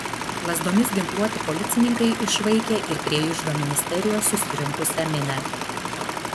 lazdomis ginkluoti policininkai išvaikė ir prie iždo ministerijos susirinksią minią